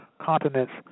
continents